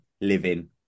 living